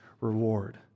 reward